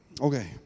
Okay